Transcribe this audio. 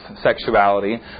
sexuality